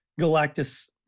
Galactus